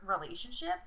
relationship